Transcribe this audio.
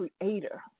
creator